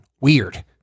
Weird